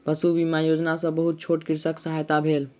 पशु बीमा योजना सॅ बहुत छोट कृषकक सहायता भेल